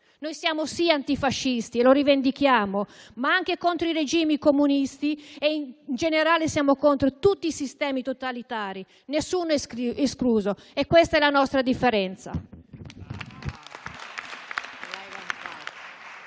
Noi siamo, sì, antifascisti e lo rivendichiamo, ma siamo anche contro i regimi comunisti e in generale contro tutti i sistemi totalitari, nessuno escluso e questa è la nostra differenza.